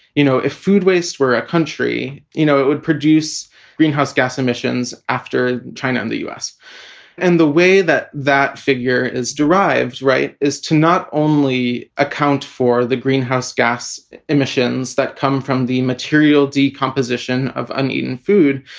you know, if food waste were a country, you know, it would produce greenhouse gas emissions after china and the us and the way that that figure is derived. right. is to not only account for the greenhouse gas emissions that come from the material decomposition of uneaten food,